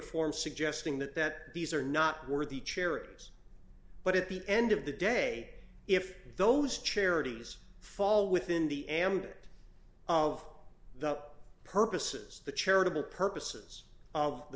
form suggesting that that these are not worthy charities but at the end of the day if those charities fall within the ambit of the up purposes the charitable purposes of the